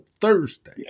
Thursday